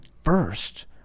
first